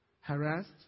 Harassed